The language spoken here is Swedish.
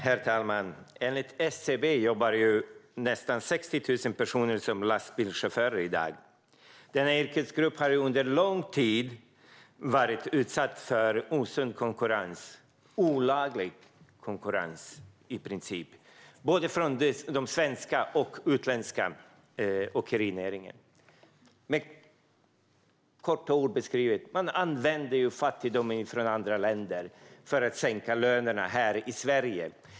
Herr talman! Enligt SCB jobbar i dag nästan 60 000 personer som lastbilschaufförer. Denna yrkesgrupp har under lång tid varit utsatt för osund konkurrens, i princip olaglig konkurrens, från både den svenska och den utländska åkerinäringen. Det kan i korta ordalag beskrivas som att man använder fattigdom i andra länder för att sänka lönerna här i Sverige.